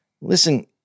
Listen